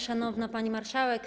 Szanowna Pani Marszałek!